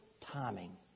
timing